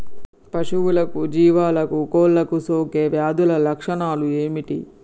పశువులకు జీవాలకు కోళ్ళకు సోకే వ్యాధుల లక్షణాలు ఏమిటి?